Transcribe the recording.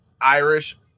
Irish